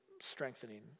strengthening